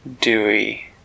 Dewey